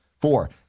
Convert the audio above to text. Four